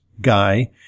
guy